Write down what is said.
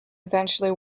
eventually